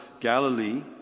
Galilee